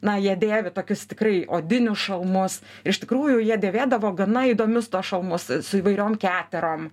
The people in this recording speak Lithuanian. na jie dėvi tokius tikrai odinius šalmus iš tikrųjų jie dėvėdavo gana įdomius tuos šalmus su įvairiom keterom